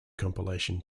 compilation